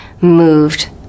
moved